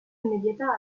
inmediata